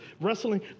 wrestling